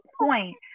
point